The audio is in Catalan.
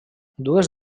dues